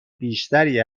بیشتری